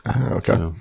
Okay